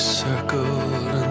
circled